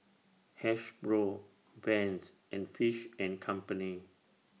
Hasbro Vans and Fish and Company